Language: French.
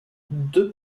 deux